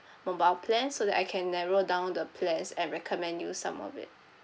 mobile plan so that I can narrow down the plans and recommend you some of it